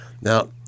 Now